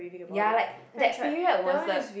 ya like that period was the